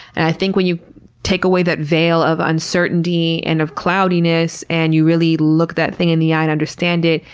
and i think when you take away that veil of uncertainty and of cloudiness and you really look that thing in the eye and understand it,